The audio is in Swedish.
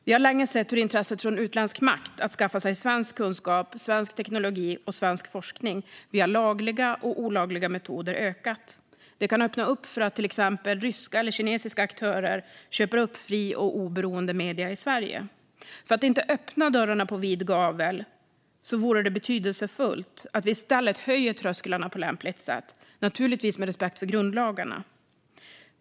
Vi har länge sett hur intresset från utländsk makt att skaffa sig svensk kunskap, svensk teknologi och svensk forskning via lagliga och olagliga metoder har ökat. Det kan öppna upp för att till exempel ryska eller kinesiska aktörer köper upp fria och oberoende medier i Sverige. För att inte öppna dörrarna på vid gavel vore det betydelsefullt att i stället höja trösklarna på lämpligt sätt, naturligtvis med respekt för grundlagarna.